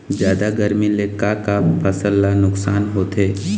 जादा गरमी ले का का फसल ला नुकसान होथे?